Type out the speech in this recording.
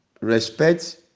respect